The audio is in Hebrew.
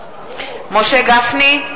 משה גפני,